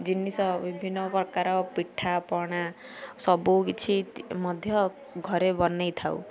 ଜିନିଷ ବିଭିନ୍ନ ପ୍ରକାର ପିଠାପଣା ସବୁକିଛି ମଧ୍ୟ ଘରେ ବନାଇଥାଉ